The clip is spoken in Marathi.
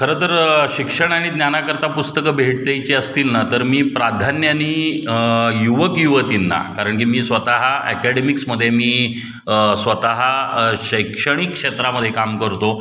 खरंतर शिक्षण आणि ज्ञानाकरता पुस्तकं भेट द्यायची असतील ना तर मी प्राधान्याने युवक युवतींना कारण की मी स्वतः अकॅडेमिक्समध्ये मी स्वतः शैक्षणिक क्षेत्रामध्ये काम करतो